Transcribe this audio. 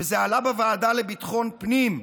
וזה עלה בוועדה לביטחון פנים,